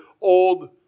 old